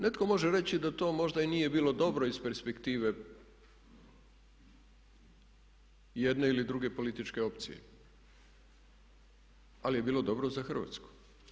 Netko može reći da to možda i nije bilo dobro iz perspektive jedne ili druge političke opcije, ali je bilo dobro za Hrvatsku.